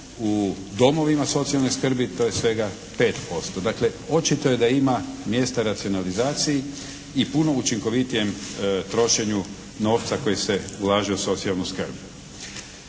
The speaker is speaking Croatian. u domovima socijalne skrbi to je svega 5%. Dakle očito je da ima mjesta racionalizaciji i puno učinkovitijem trošenju novca koji se ulaže u socijalnu skrb.